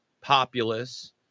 populace